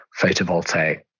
photovoltaic